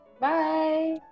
Bye